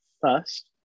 first